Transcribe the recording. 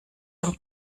dem